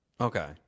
Okay